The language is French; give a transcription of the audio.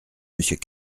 monsieur